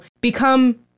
become